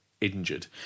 injured